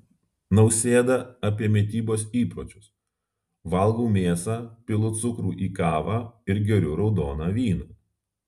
nausėda apie mitybos įpročius valgau mėsą pilu cukrų į kavą ir geriu raudoną vyną